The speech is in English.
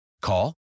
Call